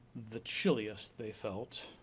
the chilliest they felt,